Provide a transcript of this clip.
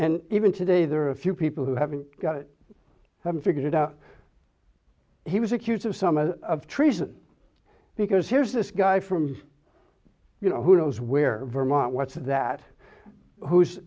and even today there are a few people who haven't got it haven't figured it out he was accused of some of of treason because here's this guy from you know who knows where vermont what's that who